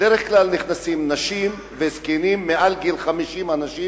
בדרך כלל נכנסים נשים וזקנים מעל גיל 50, אנשים